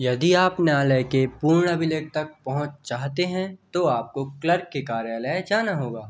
यदि आप न्यायालय के पूर्ण अभिलेख तक पहुँच चाहते हैं तो आपको क्लर्क के कार्यालय जाना होगा